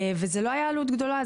וזו לא הייתה עלות גדולה,